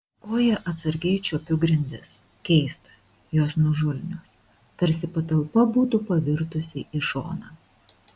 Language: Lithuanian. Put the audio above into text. koja atsargiai čiuopiu grindis keista jos nuožulnios tarsi patalpa būtų pavirtusi į šoną